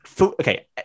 Okay